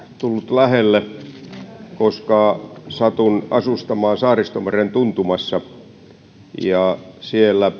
lähelle koska satun asustamaan saaristomeren tuntumassa ja siellä